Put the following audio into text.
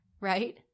right